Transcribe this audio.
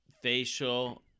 facial